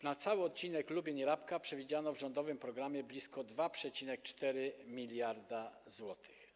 Na cały odcinek Lubień - Rabka przewidziano w rządowym programie blisko 2,4 mld zł.